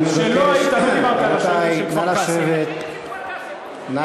אני מבקש, לא דיברת על השהידים של כפר-קאסם.